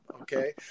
Okay